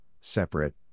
separate